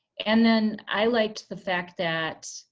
and then i liked the fact that,